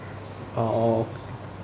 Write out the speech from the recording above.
orh orh